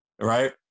right